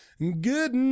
Good